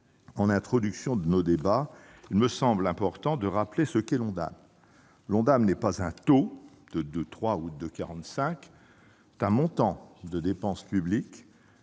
en introduction de nos débats, il me semble important de rappeler ce qu'est l'Ondam. Ce n'est pas un taux- de 2,3 % ou 2,45 %-, c'est un montant de dépenses publiques,